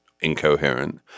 incoherent